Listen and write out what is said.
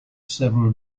several